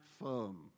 firm